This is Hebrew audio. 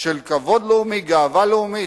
של כבוד לאומי, גאווה לאומית.